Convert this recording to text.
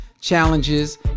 challenges